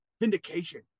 Vindication